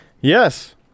Yes